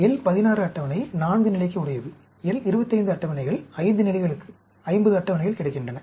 L 16 அட்டவணை 4 நிலைக்கு உடையது L 25 அட்டவணைகள் 5 நிலைகளுக்கு 50 அட்டவணைகள் கிடைக்கின்றன